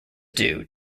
due